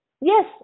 yes